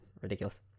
ridiculous